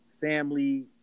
family